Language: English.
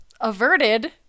averted